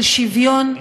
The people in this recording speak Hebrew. של שוויון,